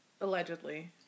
Allegedly